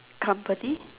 company